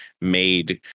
made